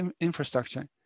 infrastructure